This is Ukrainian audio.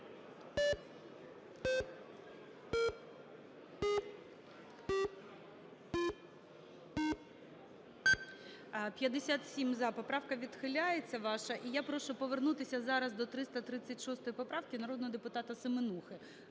За-57 Поправка відхиляється ваша. І я прошу повернутися зараз до 336 поправки народного депутатаСеменухи.